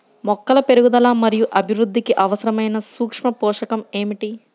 మొక్కల పెరుగుదల మరియు అభివృద్ధికి అవసరమైన సూక్ష్మ పోషకం ఏమిటి?